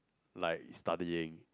like studying